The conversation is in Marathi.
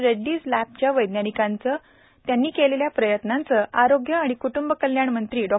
रेड़डीज लॅबचे वैज्ञानिकांनी केलेल्या प्रयत्नांचे आरोग्य व कृटुंब कल्याण मंत्री डॉ